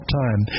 time